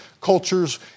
cultures